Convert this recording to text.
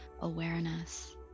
awareness